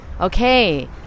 okay